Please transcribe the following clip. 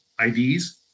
IDs